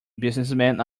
businessmen